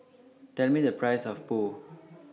Tell Me The Price of Pho